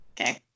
Okay